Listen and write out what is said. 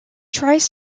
tries